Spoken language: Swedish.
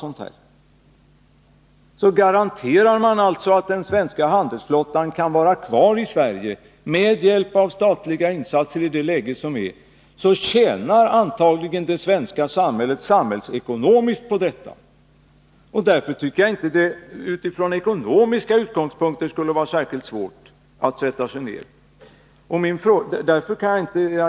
Så garanterar man alltså att den svenska handelsflottan kan vara kvar i Sverige. Med hjälp av statliga insatser i det läge som råder tjänar antagligen det svenska samhället ekonomiskt på detta. Därför tycker jag att det inte utifrån ekonomiska utgångspunkter skulle vara särskilt svårt att sätta sig ner.